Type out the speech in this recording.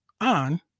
on